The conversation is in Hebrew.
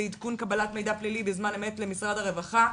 לעדכון קבלת מידע פלילי בזמן אמת למשרד הרווחה,